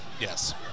Yes